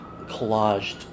collaged